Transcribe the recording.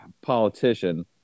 politician